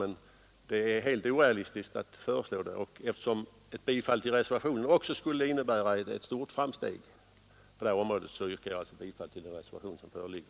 Men det är helt orealistiskt att nu här föreslå det, och eftersom ett bifall till reservationen också skulle innebära ett stort framsteg yrkar jag alltså bifall till den reservation som föreligger.